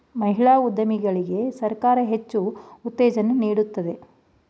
ಮಹಿಳಾ ಉದ್ಯಮಿಗಳಿಗೆ ಸರ್ಕಾರ ಹೆಚ್ಚು ಉತ್ತೇಜನ ನೀಡ್ತಿದೆ